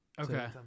Okay